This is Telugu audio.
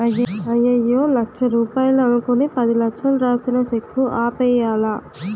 అయ్యయ్యో లచ్చ రూపాయలు అనుకుని పదిలచ్చలు రాసిన సెక్కు ఆపేయ్యాలా